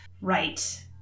Right